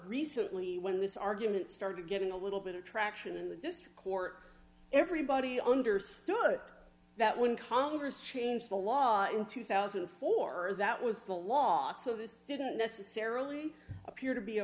recently when this argument started getting a little bit of traction in the district court everybody understood that when congress changed the law in two thousand and four that was the law so this didn't necessarily appear to be a